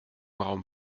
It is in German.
raum